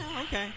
Okay